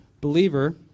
believer